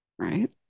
Right